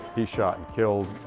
he's shot and killed.